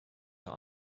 ihre